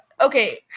Okay